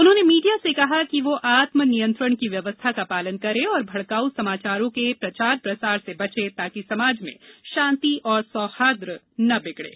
उन्होंने मीडिया से कहा कि वह आत्म नियंत्रण की व्यवस्था को पालन करें और भड़काऊ समाचारों के प्रचार प्रसार से बचे ताकि समाज में शांति और सौहार्द्र न बिगड़े